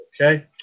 Okay